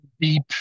deep